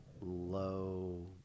low